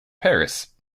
paris